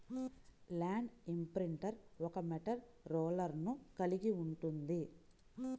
land imprinter ఒక metal రోలర్ను కలిగి ఉంటుంది